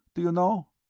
do you know?